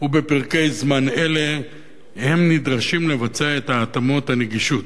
ובפרקי זמן אלה הם נדרשים לבצע את התאמות הנגישות.